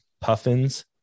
Puffins